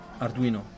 Arduino